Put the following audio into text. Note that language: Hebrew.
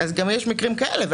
יש גם מקרים כאלה.